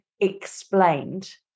explained